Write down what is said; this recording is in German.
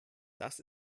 das